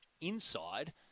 inside